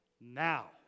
Now